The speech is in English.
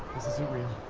this isn't real.